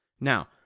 Now